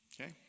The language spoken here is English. okay